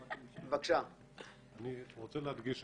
אני רוצה להדגיש,